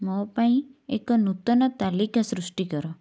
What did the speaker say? ମୋ ପାଇଁ ଏକ ନୂତନ ତାଲିକା ସୃଷ୍ଟି କର